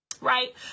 right